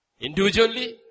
Individually